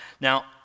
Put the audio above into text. Now